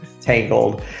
tangled